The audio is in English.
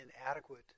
inadequate